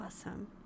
Awesome